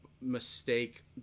mistake